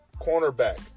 cornerback